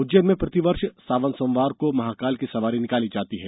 उज्जैन में प्रतिवर्ष सावन सोमवार को महाकाल की सवारी निकाली जाती है